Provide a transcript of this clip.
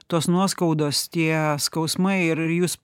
tos nuoskaudos tie skausmai ir jūs